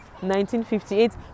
1958